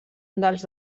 dels